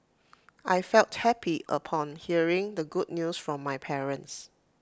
I felt happy upon hearing the good news from my parents